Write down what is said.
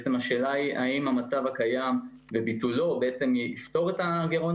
בעצם השאלה היא האם המצב הקיים וביטלו בעצם יפתור את הגירעון